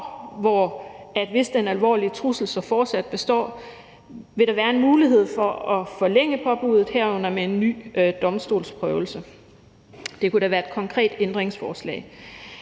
hvis den alvorlige trussel så fortsat består, vil der være en mulighed for at forlænge påbuddet, herunder med en ny domstolsprøvelse. Det kunne da være et konkret ændringsforslag.